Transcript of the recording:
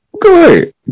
Good